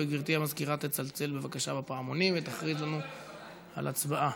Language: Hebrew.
גברתי המזכירה תצלצל בבקשה בפעמונים ותכריז לנו על הצבעה.